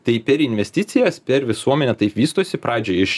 tai per investicijas per visuomenę taip vystosi pradžiai iš